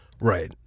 Right